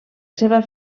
seva